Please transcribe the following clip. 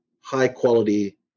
high-quality